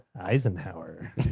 Eisenhower